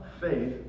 faith